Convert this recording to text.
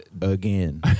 again